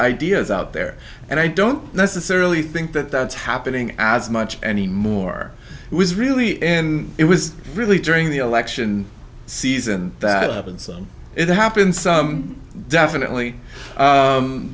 ideas out there and i don't necessarily think that that's happening as much anymore it was really in it was really during the election season that happens it happens definitely